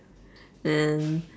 and